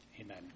amen